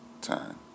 time